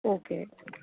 okay